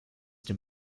den